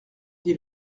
dit